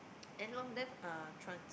and a lot of them trans